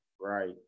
Right